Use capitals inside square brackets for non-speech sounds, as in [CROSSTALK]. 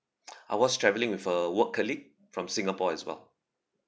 [NOISE] I was travelling with a work colleague from singapore as well